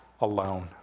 alone